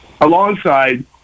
Alongside